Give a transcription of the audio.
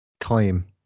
Time